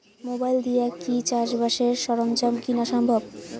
Mobile দিয়া কি চাষবাসের সরঞ্জাম কিনা সম্ভব?